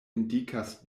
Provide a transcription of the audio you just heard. indikas